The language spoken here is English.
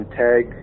tag